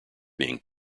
being